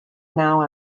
now